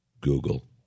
Google